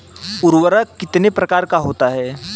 उर्वरक कितने प्रकार का होता है?